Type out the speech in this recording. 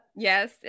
Yes